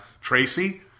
Tracy